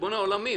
ריבון העולמים.